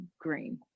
green